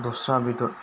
दस्रा बेदर